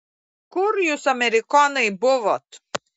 kur jūs amerikonai buvot